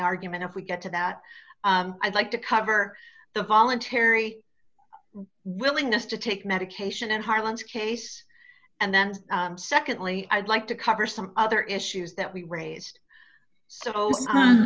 argument if we get to that i'd like to cover the voluntary willingness to take medication at harlan's case and then secondly i'd like to cover some other issues that we raised so